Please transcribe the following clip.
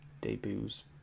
debuts